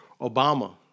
Obama